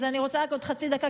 אז אני רוצה רק עוד חצי דקה,